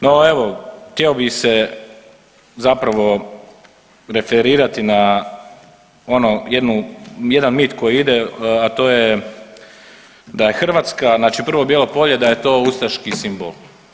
No, evo htio bih se zapravo referirati na ono jednu, jedan mit koji ide, a to je da je Hrvatska znači prvo bijelo polje da je to ustaški simbol.